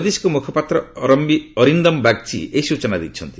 ବୈଦେଶିକ ମୁଖପାତ୍ର ଅରିନ୍ଦମ୍ ବାଗ୍ଚୀ ଏହି ସ୍ବଚନା ଦେଇଛନ୍ତି